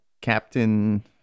Captain